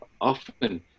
often